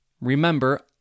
remember